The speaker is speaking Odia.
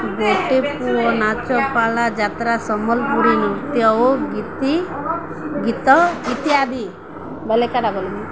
ଗୋଟି ପୁଅ ନାଚପାଲା ଯାତ୍ରା ସମ୍ବଲପୁରୀ ନୃତ୍ୟ ଓ ଗୀତି ଗୀତ ଇତ୍ୟାଦି ବେଲେ କାଟା